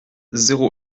zéro